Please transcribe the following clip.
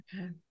Okay